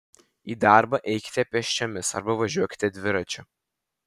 į darbą eikite pėsčiomis arba važiuokite dviračiu